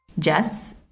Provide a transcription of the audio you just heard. Jess